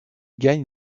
gagne